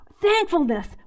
thankfulness